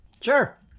sure